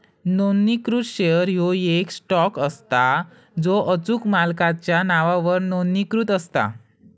नोंदणीकृत शेअर ह्यो येक स्टॉक असता जो अचूक मालकाच्या नावावर नोंदणीकृत असता